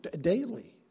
daily